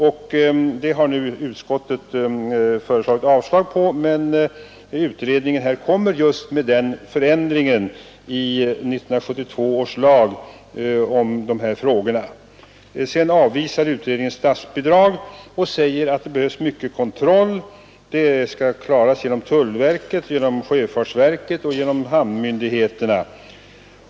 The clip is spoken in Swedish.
Utskottet har nu yrkat avslag på det förslaget, men utredningen kommer just med förslag till den förändringen i 1972 års lag. Sedan avvisar utredningen statsbidrag och säger att det behövs mycken kontroll, som skall klaras genom tullverket, genom sjöfartsverket och genom hamnmyndigheterna.